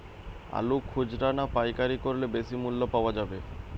আলু খুচরা না পাইকারি করলে বেশি মূল্য পাওয়া যাবে?